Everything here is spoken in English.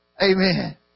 Amen